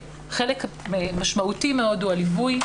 חלק משמעותי מאוד הוא הליווי.